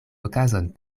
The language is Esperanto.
okazon